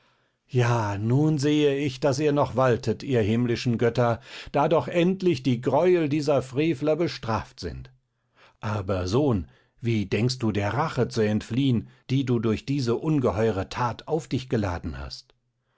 ja nun sehe ich daß ihr noch waltet ihr himmlischen götter da doch endlich die greuel dieser frevler bestraft sind aber sohn wie denkst du der rache zu entfliehen die du durch diese ungeheure that auf dich geladen hast